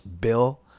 Bill